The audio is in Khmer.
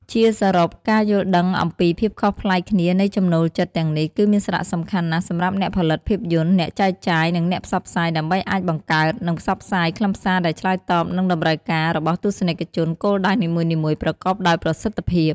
ជាសរុប ការយល់ដឹងអំពីភាពខុសប្លែកគ្នានៃចំណូលចិត្តទាំងនេះ គឺមានសារៈសំខាន់ណាស់សម្រាប់អ្នកផលិតភាពយន្ត អ្នកចែកចាយ និងអ្នកផ្សព្វផ្សាយ ដើម្បីអាចបង្កើត និងផ្សព្វផ្សាយខ្លឹមសារដែលឆ្លើយតបនឹងតម្រូវការរបស់ទស្សនិកជនគោលដៅនីមួយៗប្រកបដោយប្រសិទ្ធភាព។